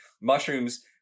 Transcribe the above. mushrooms